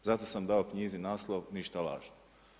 Zato sam dao knjizi naslov „Ništa lažno“